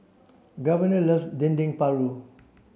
Governor loves Dendeng Paru